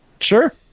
Sure